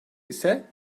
ise